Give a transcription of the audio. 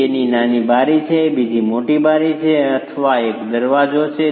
એક નાની બારી છે બીજી મોટી બારી છે અથવા એક દરવાજો છે